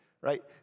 right